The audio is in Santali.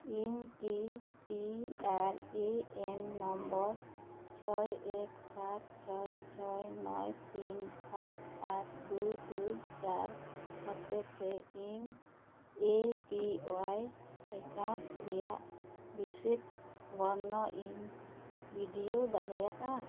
ᱤᱧ ᱠᱤ P R A N number ᱪᱷᱚᱭ ᱮᱠ ᱥᱟᱛ ᱪᱷᱚᱭ ᱪᱷᱚᱭ ᱱᱚᱭ ᱛᱤᱱ ᱥᱟᱛ ᱟᱴ ᱫᱩᱭ ᱫᱩᱭ ᱪᱟᱨ ᱦᱚᱛᱮᱛᱮ ᱤᱧ ᱮ ᱯᱤ ᱳᱣᱟᱭ ᱮᱠᱟᱣᱩᱱᱴ ᱨᱮᱭᱟᱜ ᱵᱤᱥᱤᱫᱽ ᱵᱚᱨᱱᱚ ᱤᱧ ᱵᱷᱤᱰᱭᱳ ᱫᱟᱲᱮᱭᱟᱜᱼᱟ